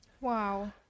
Wow